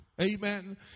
Amen